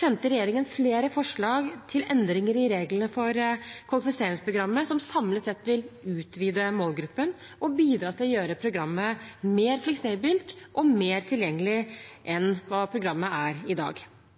sendte regjeringen flere forslag til endringer i reglene for kvalifiseringsprogrammet som samlet sett vil utvide målgruppen og bidra til å gjøre programmet mer fleksibelt og mer tilgjengelig enn i dag. Jobbsjansen og Individuell jobbstøtte er styrket i